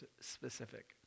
specific